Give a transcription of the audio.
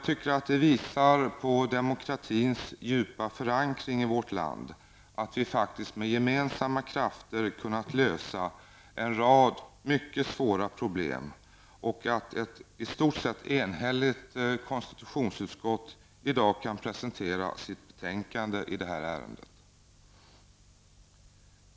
Det visar demokratins djupa förankring i vårt land att vi faktiskt med gemensamma krafter har kunnat lösa en rad mycket svåra problem och att ett i stort sett enhälligt konstitutionsutskott i dag kan presentera sitt betänkande i ärendet.